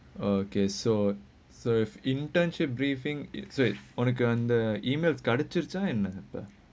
okay so so if internship briefing is it on the calendar emails கிடைச்சிருக்கா என்ன:kidaichirukkaa enna